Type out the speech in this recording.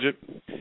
budget